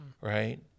right